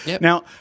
now